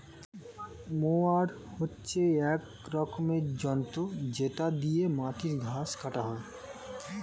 mower হচ্ছে এক রকমের যন্ত্র যেটা দিয়ে মাটির ঘাস কাটা হয়